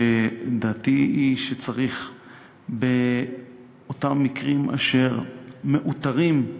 שדעתי היא שצריך באותם מקרים אשר מאותרים בהם